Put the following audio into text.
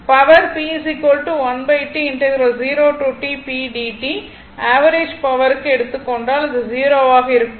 power average பவருக்கு எடுத்துக் கொண்டால் அது 0 ஆக இருக்கும்